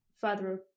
further